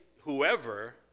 whoever